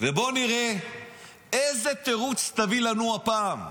ובוא נראה איזה תירוץ תביא לנו הפעם.